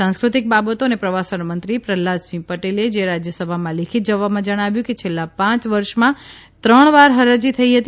સાંસ્કૃતિક બાબતો અને પ્રવાસનમંત્રી પ્રહલાદસિંહ પટેલે જ રાજયસભામાં લેખિત જવાબમાં જણાવ્યું કે છેલ્લાં પાંચ વર્ષમાં ત્રણ વાર હરાજી થઇ હતી